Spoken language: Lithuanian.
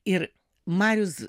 ir marius